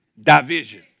division